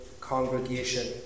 congregation